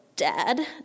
Dad